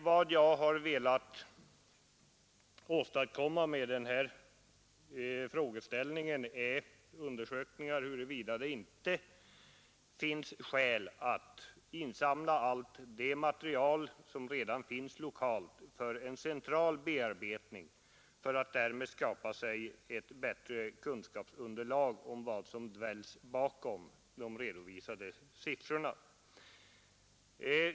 Vad jag har velat åstadkomma med min fråga är undersökningar huruvida det inte är skäl att insamla allt det material som redan finns lokalt för en central bearbetning för att därmed skaffa ett bättre kunskapsunderlag om vad som dväljs bakom de redovisade siffrorna.